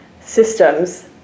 systems